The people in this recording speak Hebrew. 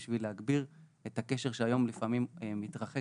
כדי להגביר את הקשר שהיום לפעמים מתרחק